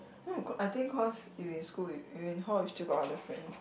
no I think cause you in school you in hall still got other friends